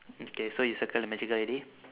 okay so you circle the magical already